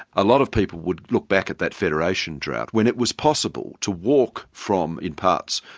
a lot of people would look back at that federation drought, when it was possible to walk from, in parts,